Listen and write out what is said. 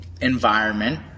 environment